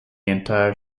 entire